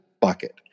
bucket